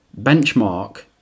benchmark